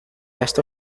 best